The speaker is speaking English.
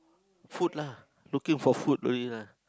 food lah looking for food to eat lah